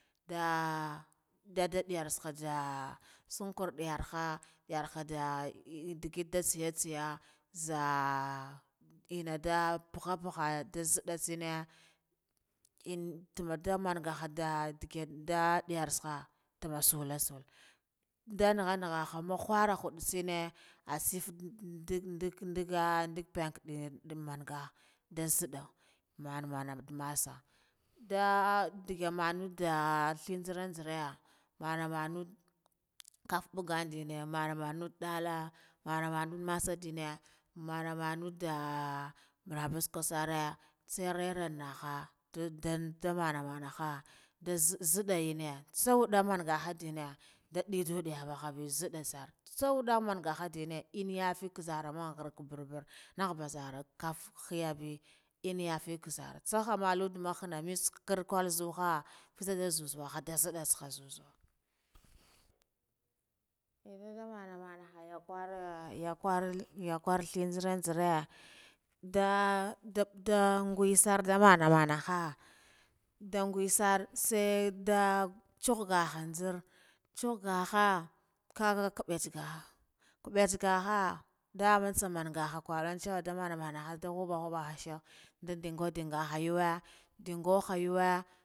Nda da ndiyar ha tsaka da nsun kwar diyarha yarha da digidda tseya tseya zaa, inna da punha puha nda nzidda enne in tumma de manga hada digid nda diyar tsaka tumun salla sal, nda nagha nagha amma khura hudde tsene ah tsef ndig ndig ndiga ndag panke den manga, nda nzidde mana mana massah nda digi manadda thin nzeran nzera mana inanu khuf buggandiye mana manu dalla mana manu massa dine, mana mana de brabiska sarre tserera annaha, tua dan doa mana mananha ndu nzidde inne nda wudda manga hadene, da didu diya bahabe nzidda sor tsa wadda manga dene inna yati zora mang barbar nagh ba zara kaf khiye be. Enna yafe ya zara kaf mitse khakard kwal zuha fitsa da zazava wudda tseka zuzuwa, eh dadda mana mana ha yakware yakwor yakwor thi nzeren nzere dah nda ngusar nda mana manaha nda ngwesar thi da tsug nguha tsa ngaha kha khaga tsabbaka kabba tsagaha nda mangaha, karantse da mana mana adal hubba hubbaha sham da dinga dingaha yuwe.